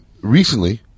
recently